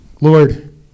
Lord